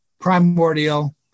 primordial